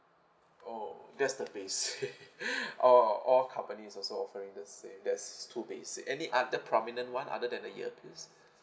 oh that's the basic all all company is also offering the same that's too basic any other prominent one other than the earpiece